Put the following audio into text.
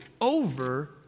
over